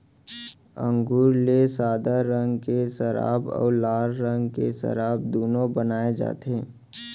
अंगुर ले सादा रंग के सराब अउ लाल रंग के सराब दुनो बनाए जाथे